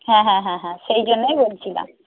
হ্যাঁ হ্যাঁ হ্যাঁ হ্যাঁ সেই জন্যই বলছিলাম